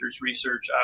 research